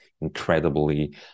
incredibly